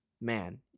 man